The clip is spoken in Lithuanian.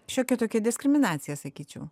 šiokia tokia diskriminacija sakyčiau